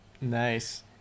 Nice